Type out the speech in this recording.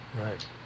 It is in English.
Right